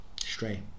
Stray